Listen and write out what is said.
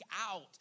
out